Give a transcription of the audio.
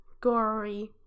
gory